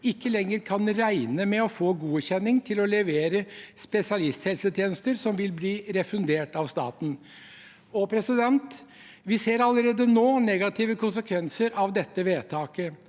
ikke lenger kan regne med å få godkjenning til å levere spesialisthelsetjenester som vil bli refundert av staten. Vi ser allerede nå negative konsekvenser av dette vedtaket.